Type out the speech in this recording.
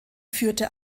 führte